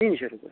तीनशे रुपये